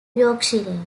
yorkshire